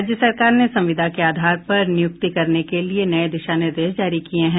राज्य सरकार ने संविदा के आधार पर नियुक्ति करने के लिए नये दिशा निर्देश जारी किये हैं